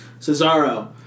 Cesaro